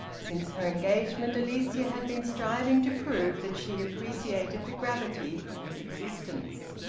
since her engagement, alicia had been striving to prove that she appreciated the gravity of existence.